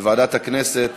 וועדת הכנסת